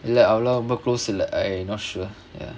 இல்ல அவ்ளோ ரொம்ப:illa avlo romba close இல்ல:illa I not sure ya